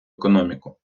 економіку